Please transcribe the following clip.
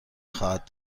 خواهد